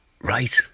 right